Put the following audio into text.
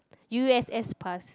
u_s_s pass